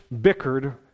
bickered